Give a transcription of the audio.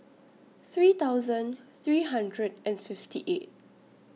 three thousand three hundred and fifty eight